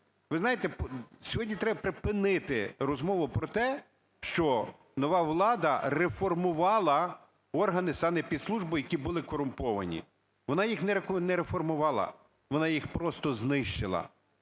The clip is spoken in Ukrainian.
Ви знаєте, сьогодні треба припинити розмову про те, що нова влада реформувала органи санепідслужби, які були корумповані, вона їх не реформувала, вона їх просто знищила.